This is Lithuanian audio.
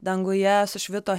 danguje sušvito